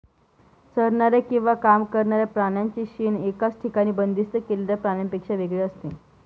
चरणाऱ्या किंवा काम करणाऱ्या प्राण्यांचे शेण एकाच ठिकाणी बंदिस्त केलेल्या प्राण्यांपेक्षा वेगळे असते